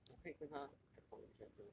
我可以跟他 have conversation you know